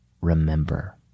Remember